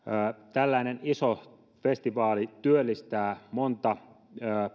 tällainen iso festivaali työllistää monta